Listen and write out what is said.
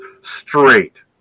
straight